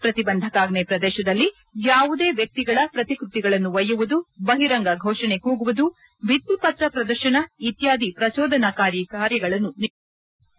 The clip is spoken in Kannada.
ಪ್ರತಿಬಂಧಕಾಜ್ಜೆ ಪ್ರದೇಶದಲ್ಲಿ ಯಾವುದೇ ವ್ಯಕ್ತಿಗಳ ಪ್ರತಿಕೃತಿಗಳನ್ನು ಒಯ್ಯುವುದು ಬಹಿರಂಗ ಘೋಷಣೆ ಕೂಗುವುದು ಭಿತ್ತಿ ಪತ್ರ ಪ್ರದರ್ಶನ ಇತ್ಕಾಧಿ ಪ್ರಚೋದನಕಾರಿ ಕಾರ್ಯಗಳನ್ನು ನಿಷೇಧಿಸಲಾಗಿದೆ